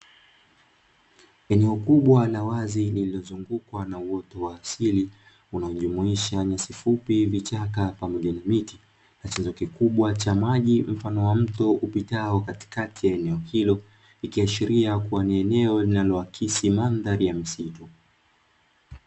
Eneo kubwa la wazi lililozungukwa na uoto wa asili unaojumuisha nyasi fupi, vichaka pamoja na miti. Na chanzo kikubwa cha maji mfano wa mto upitao katikati ya eneo hilo, ikiashiria kuwa ni eneo linaloakisi mandhari ya misitu.